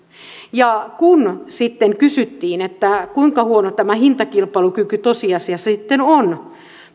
kun sitten kysyttiin kuinka huono tämä hintakilpailukyky tosiasiassa sitten on